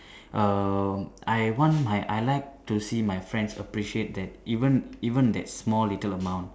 err I want my I like to see my friend appreciate that even even that small little amount